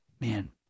man